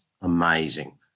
amazing